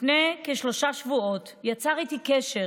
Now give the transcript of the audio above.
לפני כשלושה שבועות יצר איתי קשר